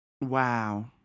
Wow